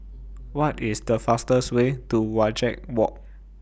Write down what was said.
What IS The fastest Way to Wajek Walk